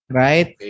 right